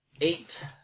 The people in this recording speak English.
Eight